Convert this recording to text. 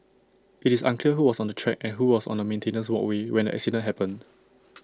IT is unclear who was on the track and who was on the maintenance walkway when the accident happened